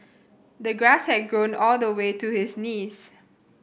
the grass had grown all the way to his knees